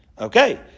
Okay